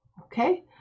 okay